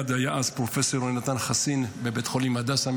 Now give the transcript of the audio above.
היה אז פרופ' יהונתן חסין בבית החולים הדסה,